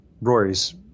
Rory's